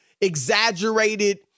exaggerated